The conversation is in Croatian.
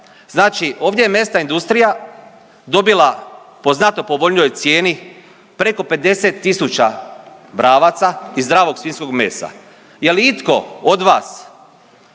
Znači ovdje je mesna industrija dobila po znatno povoljnijoj cijeni preko 50.000 bravaca i zdravog svinjskog mesa.